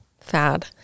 fad